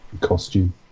Costume